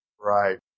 Right